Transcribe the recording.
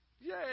Yay